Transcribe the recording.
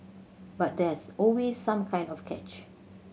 but there's always some kind of catch